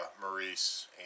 Maurice